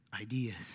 ideas